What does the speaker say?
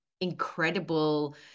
incredible